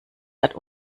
hat